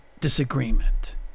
disagreement